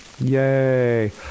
Yay